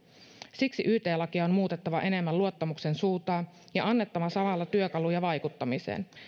siksi yt lakia on muutettava enemmän luottamuksen suuntaan ja annettava samalla työkaluja vaikuttamiseen